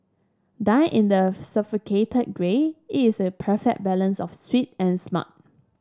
done in the grey it is a perfect balance of sweet and smart